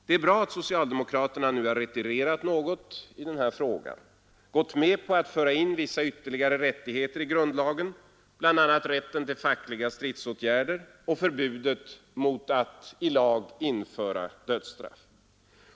Det är bra att socialdemokraterna retirerat något i den här frågan och gått med på att föra in vissa ytterligare rättigheter i grundlagen, bl.a. rätten till fackliga stridsåtgärder och förbudet mot att i lag införa dödsstraff.